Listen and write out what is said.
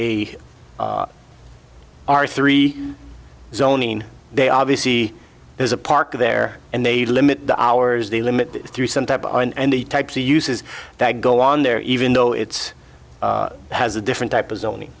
are three zoning they obviously there's a park there and they limit the hours they limit through some type of and the types of uses that go on there even though it's has a different type of zoning